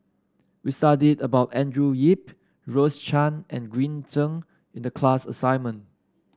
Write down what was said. we studied about Andrew Yip Rose Chan and Green Zeng in the class assignment